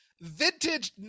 vintage